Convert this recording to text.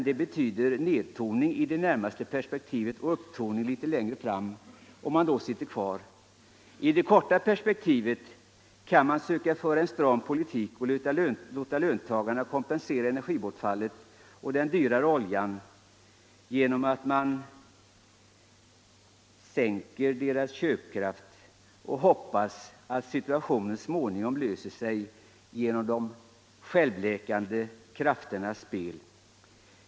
Det betyder nedtoning i det närmaste perspektivet och upptoning litet längre fram, om man då sitter kvar. I det korta perspektivet kan man söka föra en stram politik och låta löntagarna kompensera energibortfallet och den dyrare oljan genom att sänka deras köpkraft och hoppas att situationen så småningom löser sig genom ”de självläkande krafternas spel”.